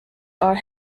are